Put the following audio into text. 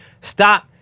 Stop